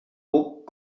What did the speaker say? buc